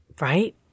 Right